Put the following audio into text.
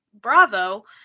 Bravo